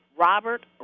Robert